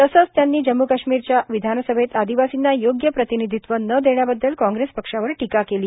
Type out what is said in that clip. तसंच त्यांनी जम्मू काश्मीरच्या विषानसभेत आदिवासींना योग्य प्रतिनिषित्व न देण्याबद्दल कॉंप्रेस प्रसावर टीका केली